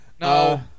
No